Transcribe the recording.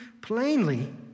plainly